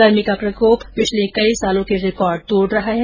गर्मी का प्रकोप पिछले कई सालों के रिकॉर्ड तोड रहा है